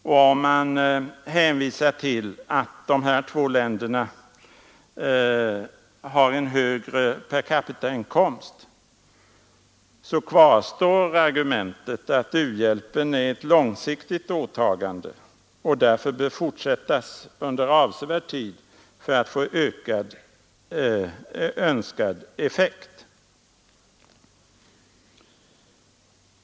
Om man hänvisar till att de här två länderna har en högre per capita-inkomst kvarstår argumentet att hjälpen är ett långsiktigt åtagande och bör fortsättas under avsevärd tid för att få önskad effekt.